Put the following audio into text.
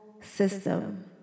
system